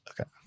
Okay